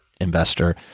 investor